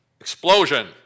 explosion